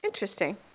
interesting